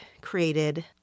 created